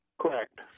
Correct